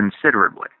considerably